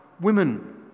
women